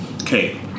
okay